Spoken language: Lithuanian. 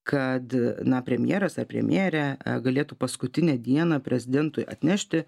kad na premjeras ar premjerė galėtų paskutinę dieną prezidentui atnešti